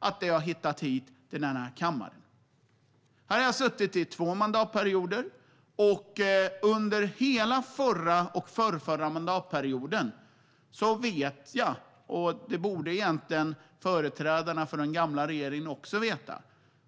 Jag har suttit i riksdagen under två mandatperioder, och jag vet att det under hela förra och förrförra mandatperioden inte